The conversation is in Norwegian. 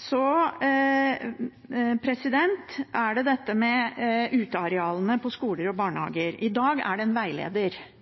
Så til dette med utearealene ved skoler og barnehager. I dag er det en veileder.